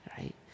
right